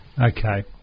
okay